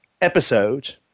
episode